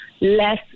less